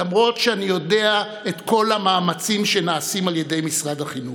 למרות שאני יודע על כל המאמצים שנעשים על ידי משרד החינוך,